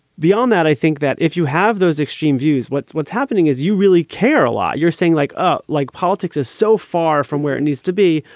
beyond that, i think that if you have those extreme views, what what's happening is you really care a lot. you're saying like ah like politics is so far from where it needs to be.